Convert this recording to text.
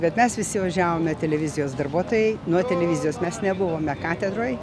bet mes visi važiavome televizijos darbuotojai nuo televizijos mes nebuvome katedroj